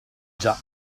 già